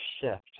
shift